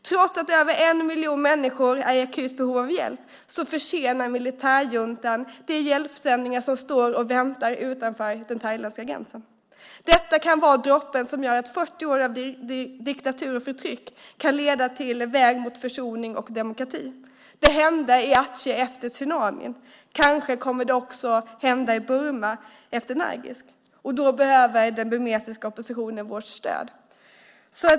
Trots att över en miljon människor är i akut behov av hjälp, försenar militärjuntan de hjälpsändningar som väntar utanför den thailändska gränsen. Detta kan vara droppen som efter 40 år av diktatur och förtryck kan leda till en väg mot försoning och demokrati. Det hände i Ache efter tsunamin. Kanske kommer det också att hända i Burma efter Nargis, och då behöver den burmesiska oppositionen vårt stöd.